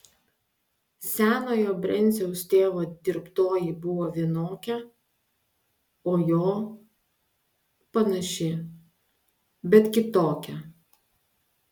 senojo brenciaus tėvo dirbtoji buvo vienokia o jo panaši bet kitokia